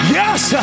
yes